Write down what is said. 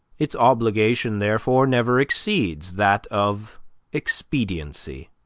its obligation, therefore, never exceeds that of expediency.